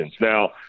Now